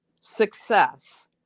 success